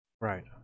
Right